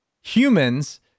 humans